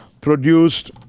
produced